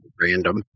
random